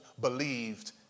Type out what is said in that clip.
believed